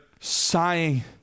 sighing